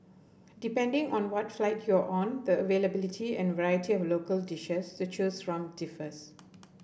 depending on what flight you are on the availability and variety of local dishes to choose from differs